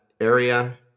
area